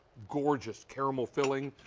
gorgeous caramel filling.